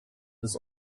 des